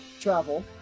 travel